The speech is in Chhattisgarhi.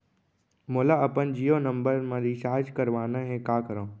मोला अपन जियो नंबर म रिचार्ज करवाना हे, का करव?